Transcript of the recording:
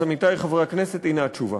אז, עמיתי חברי הכנסת, הנה התשובה.